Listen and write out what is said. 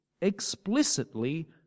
explicitly